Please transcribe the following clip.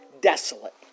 desolate